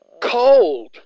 Cold